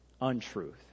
untruth